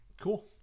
cool